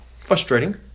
frustrating